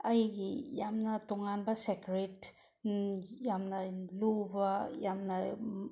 ꯑꯩꯒꯤ ꯌꯥꯝꯅ ꯇꯣꯡꯉꯥꯟꯕ ꯁꯦꯀ꯭ꯔꯦꯠ ꯌꯥꯝꯅ ꯂꯨꯕ ꯌꯥꯝꯅ